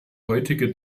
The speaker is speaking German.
heutige